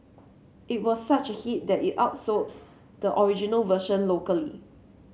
it was such a hit that it outsold the original version locally